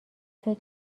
فکر